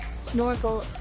Snorkel